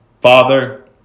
father